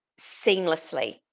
seamlessly